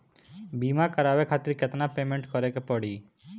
बीमा करावे खातिर केतना पेमेंट करे के पड़ी?